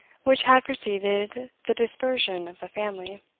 which had preceded the dispersion of the family.